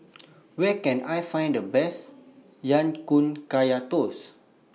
Where Can I Find The Best Ya Kun Kaya Toast